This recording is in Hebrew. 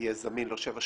יהיה זמין לו שבע שנים.